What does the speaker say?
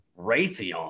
raytheon